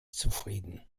zufrieden